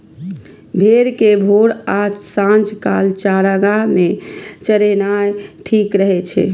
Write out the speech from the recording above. भेड़ कें भोर आ सांझ काल चारागाह मे चरेनाय ठीक रहै छै